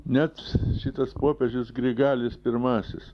net šitas popiežius grigalius pirmasis